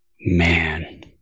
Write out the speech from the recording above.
Man